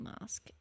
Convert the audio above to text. mask